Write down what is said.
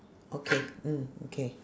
okay mm okay